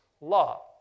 law